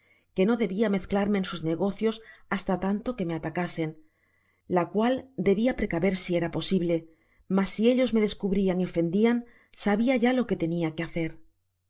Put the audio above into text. que no debia mezclarme en sus negocios hasta tanto queme atacasen la cual dehia precaver si era posible mas si eljbs me descubrian y ofendian sabia ya lo que tenia de hacer